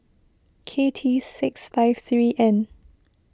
K T six five three N